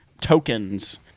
tokens